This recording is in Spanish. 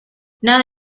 nada